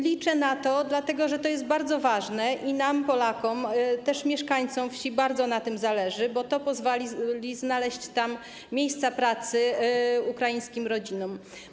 Liczę na to, dlatego że to jest bardzo ważne i nam, Polakom, też mieszkańcom wsi, bardzo na tym zależy, bo to pozwoli znaleźć tam miejsca pracy ukraińskim rodzinom.